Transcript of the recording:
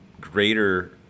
greater